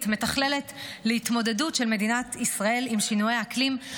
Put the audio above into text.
מתכללת להתמודדות של מדינת ישראל עם שינויי האקלים,